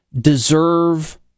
Deserve